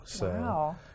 Wow